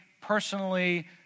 personally